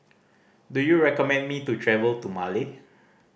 do you recommend me to travel to Male